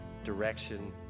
direction